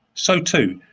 so too,